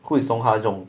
who is sungha jung